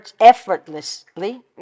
effortlessly